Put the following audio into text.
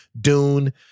Dune